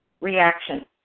reaction